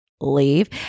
leave